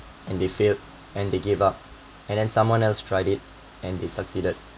and they failed and they give up and then someone else tried it and they succeeded